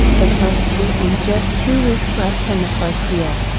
the first two in just two weeks less than the first year,